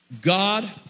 God